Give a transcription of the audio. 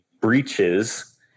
breaches